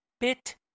bit